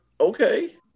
Okay